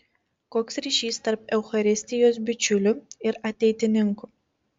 koks ryšys tarp eucharistijos bičiulių ir ateitininkų